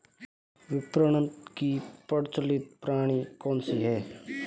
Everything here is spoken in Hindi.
विपणन की प्रचलित प्रणाली कौनसी है?